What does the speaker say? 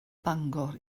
bangor